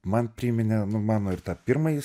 man priminė nu mano ir tą pirmąjį